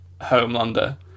Homelander